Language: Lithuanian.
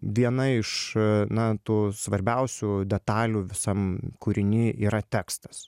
viena iš na tų svarbiausių detalių visam kūriny yra tekstas